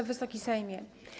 Wysoki Sejmie!